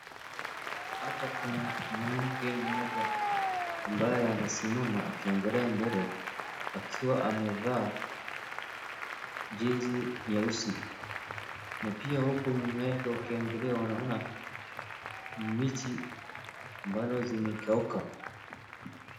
Hapa kuna mwanamke mmoja ambaye anasimama akiangalia mbele, akiwa ameva jezi nyeusi. Na pia huku nyuma yake ukiangalia unaona miti ambazo zimekauka.